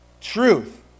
truth